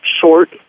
short